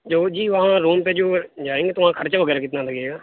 جو جی وہاں روم پہ جو جائیں گے تو وہاں خرچہ وغیرہ کتنا لگے گا